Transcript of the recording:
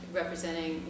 representing